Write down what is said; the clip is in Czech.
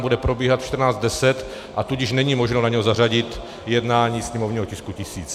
Bude probíhat ve 14.10, a tudíž není možno na něj zařadit jednání sněmovního tisku 1000.